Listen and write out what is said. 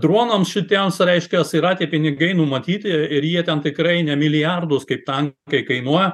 dronams šitiems reiškias yra tie pinigai numatyti ir jie ten tikrai ne milijardus kaip tankai kainuoja